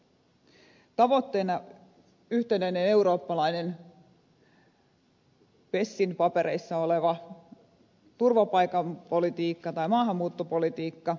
myös suomen tavoitteena on yhtenäinen eurooppalainen pesin papereissa oleva maahanmuuttopolitiikka